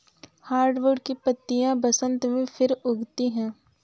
hardwood की पत्तियां बसन्त में फिर उगती हैं